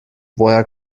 woher